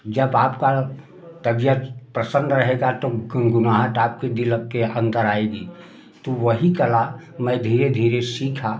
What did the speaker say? जब आपका तबियत प्रसन्न रहेगा तो गुनगुनाहट आपकी दिल के अन्दर आएगी तो वही कला मैं धीरे धीरे सीखा